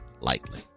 Lightly